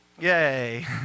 Yay